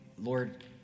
Lord